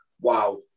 wow